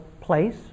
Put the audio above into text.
place